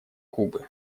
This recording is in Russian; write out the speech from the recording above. кубы